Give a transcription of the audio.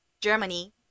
Germany